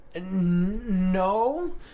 no